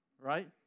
right